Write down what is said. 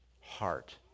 heart